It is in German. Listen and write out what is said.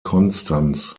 konstanz